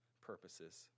purposes